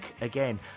again